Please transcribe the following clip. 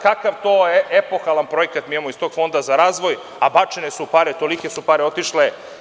Kakav to epohalan projekat imamo iz tog Fonda za razvoj, a bačene su pare, tolike su pare otišle?